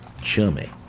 chummy